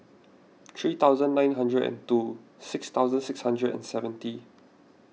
three thousand nine hundred and two six thousand six hundred and seventy